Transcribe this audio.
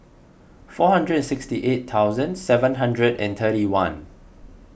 four hundred and sixty eight thousand and seven hundred and thirty one